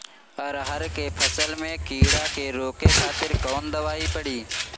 अरहर के फसल में कीड़ा के रोके खातिर कौन दवाई पड़ी?